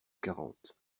quarante